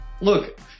Look